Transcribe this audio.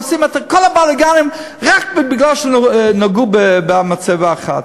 עושים את כל הבלגנים רק כי נגעו במצבה אחת.